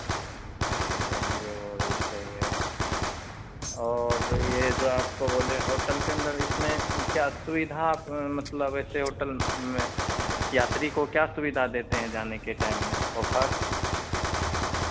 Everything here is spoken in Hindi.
चलिए वो भी सही है और ये जो आपको बोले होटल के अंदर इसमें क्या सुविधा आप मतलब ऐसे होटल में यात्री को क्या सुविधा देते हैं जाने के टाइम में ऑफर